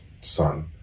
son